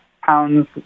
pounds